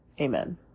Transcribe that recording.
Amen